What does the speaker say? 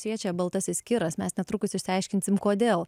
šviečia baltasis kiras mes netrukus išsiaiškinsim kodėl